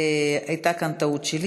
הייתה כאן טעות שלי.